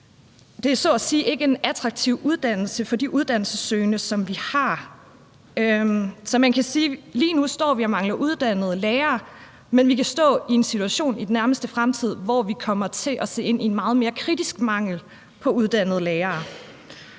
Det er så at sige ikke en attraktiv uddannelse for de uddannelsessøgende, som vi har. Så lige nu står vi og mangler uddannede lærere, men vi kan stå i en situation i den nærmeste fremtid, hvor vi kommer til at se ind i en meget mere kritisk mangel på uddannede lærere.